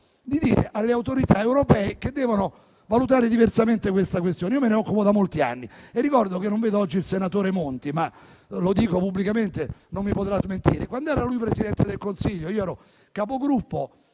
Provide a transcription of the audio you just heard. di dire alle autorità europee che devono valutare diversamente la questione. Io me ne occupo da molti anni. Non vedo oggi il senatore Monti, ma lo dico pubblicamente e non mi potrà smentire: quando lui era Presidente del Consiglio e io ero Capogruppo,